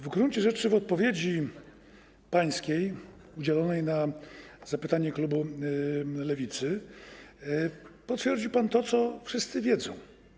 W gruncie rzeczy w pańskiej odpowiedzi udzielonej na zapytanie klubu Lewicy potwierdził pan to, co wszyscy wiedzą.